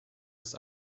ist